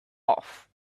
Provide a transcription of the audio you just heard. off